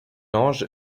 ange